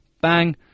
bang